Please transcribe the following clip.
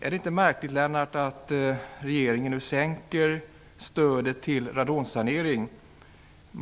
Är det inte märkligt att regeringen nu sänker stödet till radonsanering?